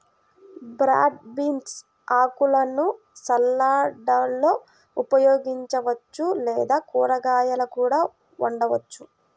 broad beans ఆకులను సలాడ్లలో ఉపయోగించవచ్చు లేదా కూరగాయలా కూడా వండవచ్చు